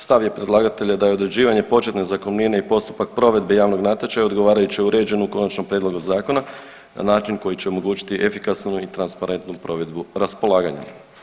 Stav je predlagatelja da je određivanje početne zakupnine i postupak provedbe javnog natječaja odgovarajuće uređen u konačnom prijedlogu zakona na način na koji će odlučiti efikasnu i transparentnu provedbu raspolaganja.